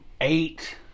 eight